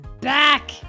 back